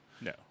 No